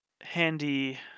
handy